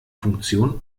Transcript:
funktion